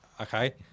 okay